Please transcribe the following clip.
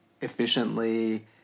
efficiently